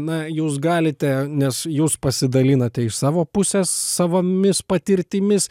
na jūs galite nes jūs pasidalinote iš savo pusės savomis patirtimis